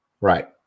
Right